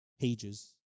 pages